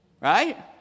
Right